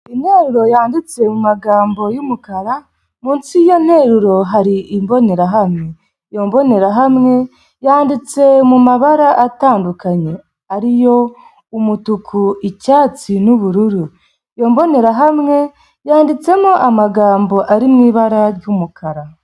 Interuro yanditse mu magambo y'umukara, munsi y'iyo nteruro hari imbonerahamwe. Iyo mbonerahamwe yanditse mu mabara atandukanye, ariyo umutuku, icyatsi n'ubururu. Iyo mbonerahamwe yanditsemo amagambo ari mu ibara ry'umukara.